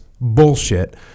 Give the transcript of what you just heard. bullshit